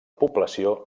població